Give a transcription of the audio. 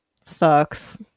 sucks